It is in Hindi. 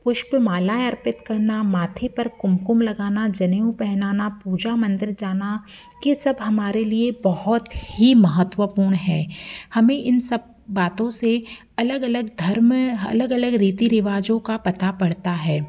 पुष्प मालाऍं अर्पित करना माथे पर कुमकुम लगाना जनेऊ पहनाना पूजा मंदिर जाना ये सब हमारे लिए बहुत ही महत्वपूर्ण है हमें इन सब बातों से अलग अलग धर्म अलग अलग रीति रिवाजों का पता पड़ता है